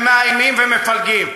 ומאיימים ומפלגים.